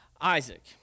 Isaac